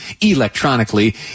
electronically